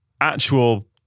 actual